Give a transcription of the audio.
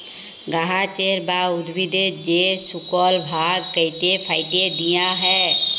গাহাচের বা উদ্ভিদের যে শুকল ভাগ ক্যাইটে ফ্যাইটে দিঁয়া হ্যয়